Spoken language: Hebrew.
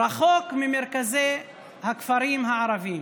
רחוק ממרכזי הכפרים הערביים,